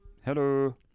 hello